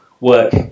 work